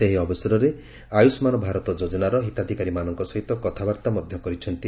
ସେ ଏହି ଅବସରରେ ଆୟୁଷ୍ମାନ ଭାରତ ଯୋଜନାର ହିତାଧିକାରୀମାନଙ୍କ ସହିତ କଥାବାର୍ତ୍ତା ମଧ୍ୟ କରିଛନ୍ତି